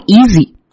easy